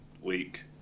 week